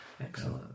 Excellent